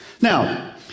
Now